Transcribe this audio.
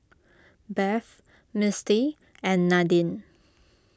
Beth Misty and Nadine